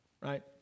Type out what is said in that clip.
right